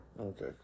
Okay